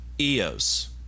EOS